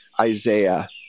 Isaiah